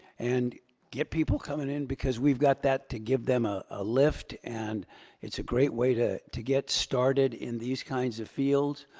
and get people coming in, because we've got that to give them ah a lift. and it's a great way to to get started in these kinds of field.